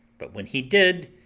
but when he did,